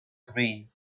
green